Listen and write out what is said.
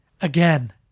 Again